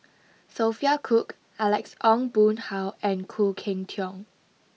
Sophia Cooke Alex Ong Boon Hau and Khoo Cheng Tiong